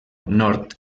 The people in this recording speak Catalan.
nord